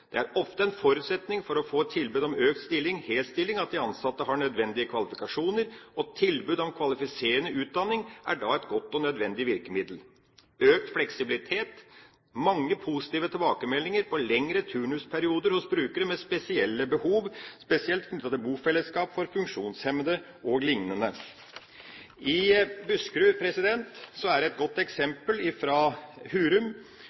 er det ofte en forutsetning for å få et tilbud om økt stilling/hel stilling at de ansatte har de nødvendige kvalifikasjoner, og tilbud om kvalifiserende utdanning er da et godt og nødvendig virkemiddel. Når det gjelder økt fleksibilitet, er det mange positive tilbakemeldinger på lengre turnusperioder hos brukere med spesielle behov, spesielt knyttet til bofellesskap for funksjonshemmede o.l. I Buskerud er det et godt eksempel fra Hurum.